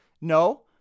No